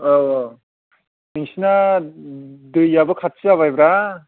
औ औ नोंसिना दैयाबो खाथि जाबायब्रा